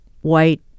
white